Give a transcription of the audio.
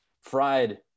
fried